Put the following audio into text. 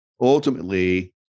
ultimately